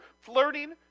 flirting